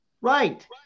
Right